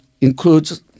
includes